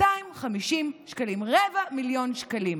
250,000 שקלים, רבע מיליון שקלים,